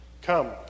Come